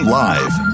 live